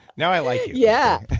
now, i like you. yeah.